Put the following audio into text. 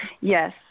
Yes